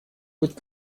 быть